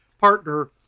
partner